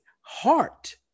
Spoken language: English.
heart